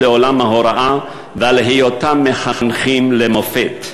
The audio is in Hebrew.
לעולם ההוראה ועל היותם מחנכים למופת.